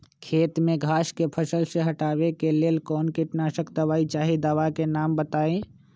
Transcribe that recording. खेत में घास के फसल से हटावे के लेल कौन किटनाशक दवाई चाहि दवा का नाम बताआई?